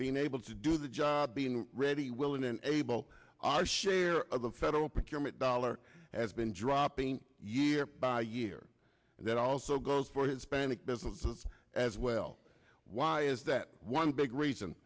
being able to do the job being ready willing and able our share of the federal procurement dollar has been dropping year by year and that also goes for hispanic businesses as well why is that one big reason